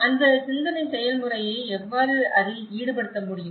அந்த சிந்தனை செயல்முறையை எவ்வாறு அதில் ஈடுபடுத்த முடியும்